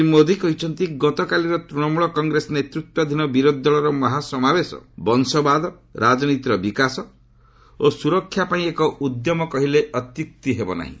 ଶ୍ରୀମୋଦି କହିଛନ୍ତି ଗତକାଲିର ତୃଣମୂଳ କଂଗ୍ରେସ ନେତୃତ୍ୱାଧୀନ ବିରୋଧୀର ଦଳର ମହାସମାବେଶ ବଂଶବାଦ ରାଜନୀତିର ବିକାଶ ଓ ସୁରକ୍ଷା ପାଇଁ ଏକ ଉଦ୍ୟମ କହିଲେ ଅତ୍ୟୁକ୍ତି ହେବ ନାହିଁ